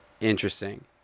Interesting